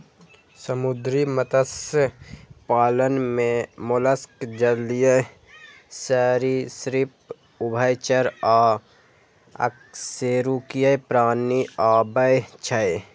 समुद्री मत्स्य पालन मे मोलस्क, जलीय सरिसृप, उभयचर आ अकशेरुकीय प्राणी आबै छै